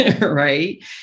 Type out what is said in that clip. right